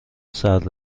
سرد